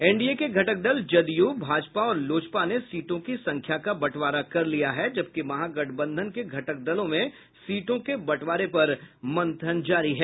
NDA के घटक दल जदयू भाजपा और लोजपा ने सीटों की संख्या का बंटवारा कर लिया है जबकि महागठबंधन के घटक दलों में सीटों के बंटवारे पर मंथन जारी है